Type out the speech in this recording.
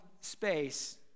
space